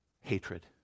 hatred